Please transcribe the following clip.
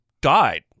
died